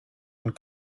and